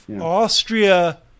Austria